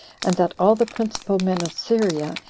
and that all the principal men of syria,